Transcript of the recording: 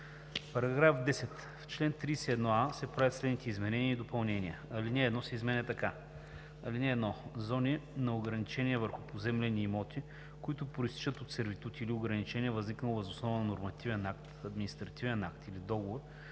и 14: „§ 10. В чл. 31а се правят следните изменения и допълнения: 1. Алинея 1 се изменя така: „(1) Зони на ограничения върху поземлени имоти, които произтичат от сервитут или ограничение, възникнало въз основа на нормативен акт, административен акт или договор,